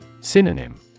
Synonym